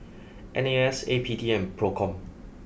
N A S A P D and Procom